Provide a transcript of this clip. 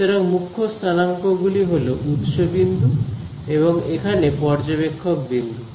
সুতরাং মুখ্য স্থানাঙ্ক গুলি হল উৎস বিন্দু এবং এখানে পর্যবেক্ষক বিন্দু